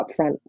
upfront